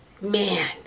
man